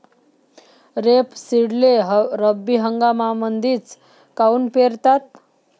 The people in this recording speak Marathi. रेपसीडले रब्बी हंगामामंदीच काऊन पेरतात?